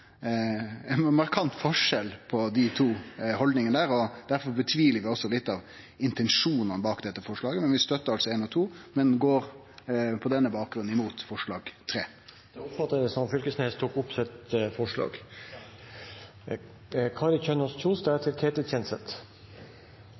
forskjell på dei to haldningane. Derfor tvilar eg på litt av intensjonen bak dette forslaget. Vi støttar altså forslaga nr. 1 og 2, men går på denne bakgrunnen imot forslag nr. 3. Da oppfatter presidenten at Knag Fylkesnes tok opp